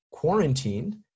Quarantined